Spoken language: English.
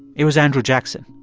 it was andrew jackson.